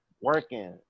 Working